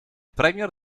premier